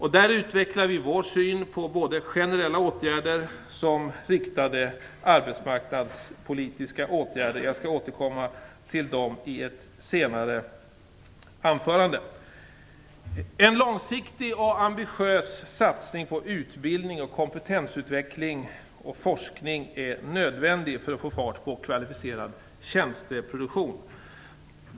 Där utvecklar vi vår syn på både generella åtgärder och riktade arbetsmarknadspolitiska åtgärder. Jag skall återkomma till dem i ett senare anförande. En långsiktig och ambitiös satsning på utbildning, kompetensutveckling och forskning är nödvändig för att få fart på kvalificerad tjänsteproduktion.